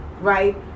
right